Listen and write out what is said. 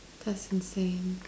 that's insane